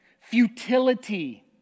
futility